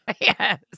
Yes